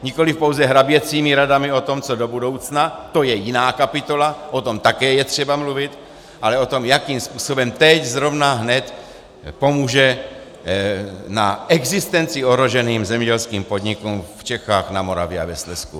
Nikoli pouze hraběcími radami o tom, co do budoucna, to je jiná kapitola, o tom také je třeba mluvit, ale o tom, jakým způsobem teď, zrovna, hned, pomůže v existenci ohroženým zemědělským podnikům v Čechách, na Moravě a ve Slezsku.